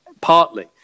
partly